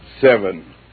Seven